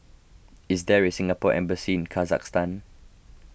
is there a Singapore Embassy in Kazakhstan